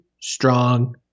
strong